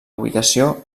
ubicació